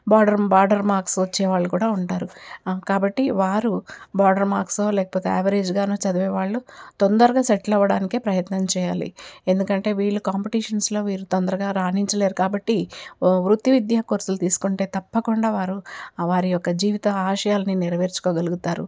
border border marks వచ్చే వాళ్ళు కూడా ఉంటారు కాబట్టి వారు బార్డర్ మార్క్సో లేకపోతే యావరేజ్గానో చదివే వాళ్ళు తొందరగా సెటిల్ అవడానికే ప్రయత్నం చేయాలి ఎందుకంటే వీళ్ళు కాంపిటీషన్స్లో వీరు తొందరగా రాణించలేరు కాబట్టి వృత్తి విద్యా కోర్సులు తీసుకుంటే తప్పకుండా వారు వారి యొక్క జీవిత ఆశయాల్ని నెరవేర్చుకోగలుగుతారు